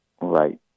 Right